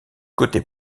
côté